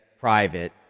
private